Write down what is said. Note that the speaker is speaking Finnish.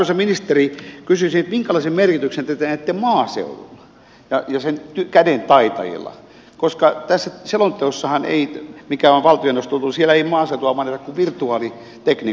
arvoisa ministeri kysyisin että minkälaisen merkityksen te näette maaseudulla ja sen kädentaitajilla koska tässä selonteossahan mikä on valtioneuvostolta tullut ei maaseutua mainita kuin virtuaalitekniikan puolella